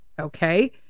Okay